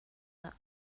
that